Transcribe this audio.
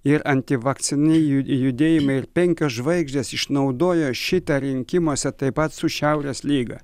ir antivakcini judėjimai ir penkios žvaigždės išnaudoja šitą rinkimuose taip pat su šiaurės lyga